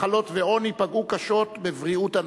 מחלות ועוני פגעו קשות בבריאות הנשים.